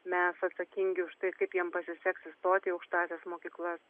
mes atsakingi už tai kaip jiems pasiseks įstoti į aukštąsias mokyklas